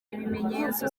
ibimenyetso